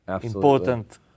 important